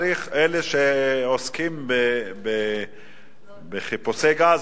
אלה שעוסקים בחיפושי גז,